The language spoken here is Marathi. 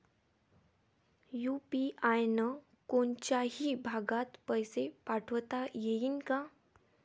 यू.पी.आय न कोनच्याही भागात पैसे पाठवता येईन का?